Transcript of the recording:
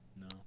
No